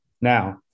Now